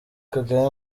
kagame